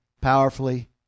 powerfully